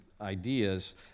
ideas